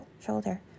shoulder